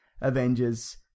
Avengers